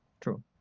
True